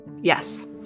Yes